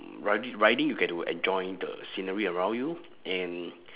riding riding you get to enjoy the scenery around you and